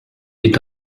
est